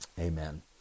Amen